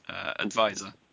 advisor